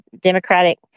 Democratic